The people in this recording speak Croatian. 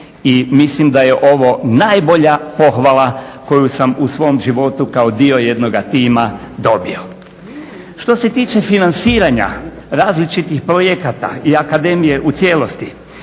i mislim da je ovo najbolja pohvala koju sam u svom životu kao dio jednoga tima dobio. Što se tiče financiranja različitih projekata i Akademije u cijelosti